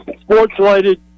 sports-related